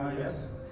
Yes